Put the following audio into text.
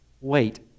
Wait